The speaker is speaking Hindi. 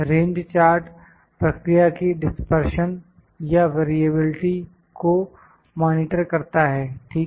रेंज चार्ट प्रक्रिया की डिस्पर्शन या वेरीएबिलिटी को मॉनिटर करता है ठीक है